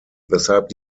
weshalb